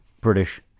British